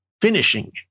finishing